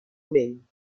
ming